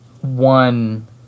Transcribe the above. one